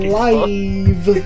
live